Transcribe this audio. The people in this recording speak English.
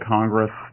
Congress